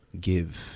give